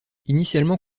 initialement